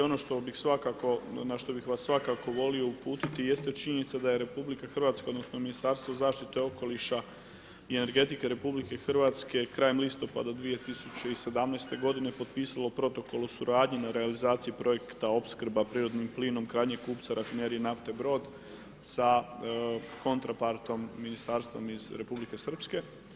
Ono što bih svakako, na što bih vas svakako volio uputiti jeste činjenica da je RH, odnosno Ministarstvo zaštite okoliša i energetike RH krajem listopada 2017. godine potpisala u protokolu o suradnji na realizaciji projekta opskrba prirodnim plinom krajnjeg kupca rafinerije nafte Brod sa Kontrapartom ministarstvom iz Republike Srpske.